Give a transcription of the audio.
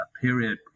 Period